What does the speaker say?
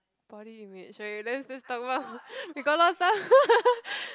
body image okay let's let's talk about we got a lot of stuff